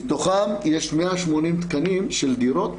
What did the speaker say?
מתוכן יש 180 תקנים של דירות,